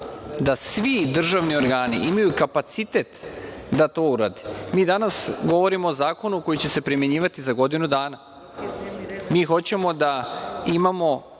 da svi državni organi imaju kapacitet da to urade. Mi danas govorimo o zakonu koji će se primenjivati za godinu dana. Mi hoćemo da imamo